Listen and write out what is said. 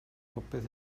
popeth